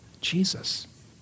Jesus